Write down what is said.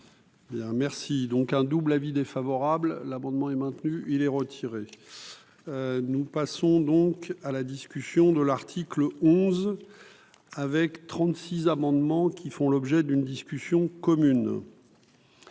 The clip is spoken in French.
merci, donc un double avis défavorable, l'amendement est maintenu, il est retiré, nous passons donc à la discussion de l'article onze avec trente-six amendements qui font l'objet d'une discussion commune.